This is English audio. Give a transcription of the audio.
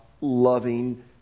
loving